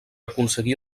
aconseguí